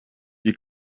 by’i